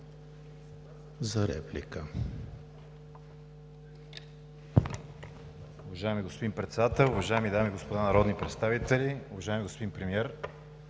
за реплика.